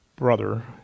brother